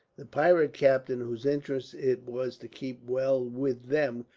the pirate captain, whose interest it was to keep well with them,